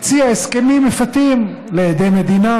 להציע הסכמים מפתים לעדי מדינה.